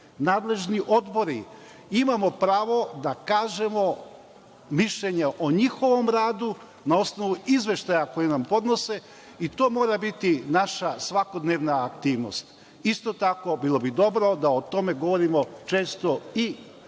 nadležni odbori, imamo pravo da kažemo mišljenje o njihovom radu na osnovu izveštaja koji nam podnose i to mora biti naša svakodnevna aktivnost. Isto tako, bilo bi dobro da o tome govorimo često i na